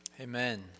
amen